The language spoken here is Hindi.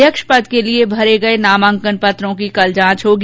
अध्यक्ष पद के लिए भरे गये नामांकन पत्रों की कल जांच होगी